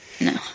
no